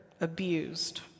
abused